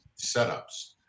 setups